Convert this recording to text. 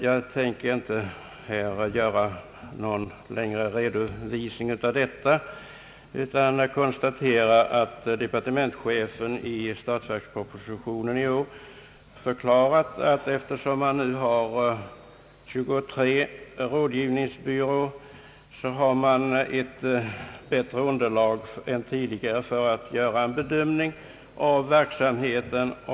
Jag tänker inte här göra någon längre redovisning utan konstaterar endast att departementschefen i statsverkspropositionen i år förklarat, att eftersom man nu har 23 rådgivningsbyråer har man ett bättre underlag än tidigare för att göra en bedömning av verksamheten.